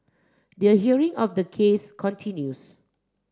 the hearing for the case continues